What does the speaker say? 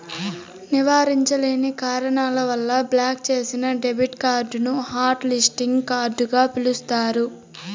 నివారించలేని కారణాల వల్ల బ్లాక్ చేసిన డెబిట్ కార్డుని హాట్ లిస్టింగ్ కార్డుగ పిలుస్తారు